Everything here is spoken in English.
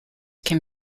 can